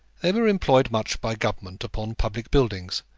they were employed much by government upon public buildings,